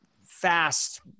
fast